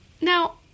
Now